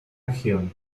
región